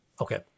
Okay